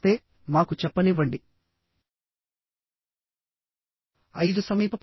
ఇది మనకు తెలిసిన ఫార్ములా